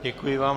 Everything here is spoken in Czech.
Děkuji vám.